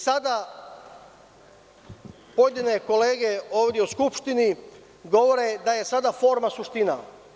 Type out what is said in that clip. Sada pojedine kolege ovde u Skupštini govore da je forma suština.